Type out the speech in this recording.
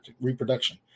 reproduction